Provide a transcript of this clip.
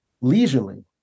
Leisurely